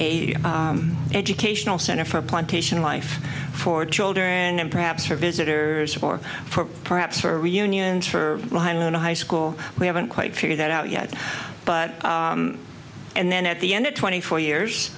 a educational center for plantation life for children and perhaps for visitors or for perhaps for reunions for high school we haven't quite figured that out yet but and then at the end of twenty four years